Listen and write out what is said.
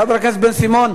חבר הכנסת בן-סימון.